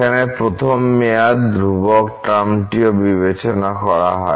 এখানে প্রথম মেয়াদ ধ্রুবক টার্মটিও বিবেচনা করা হয়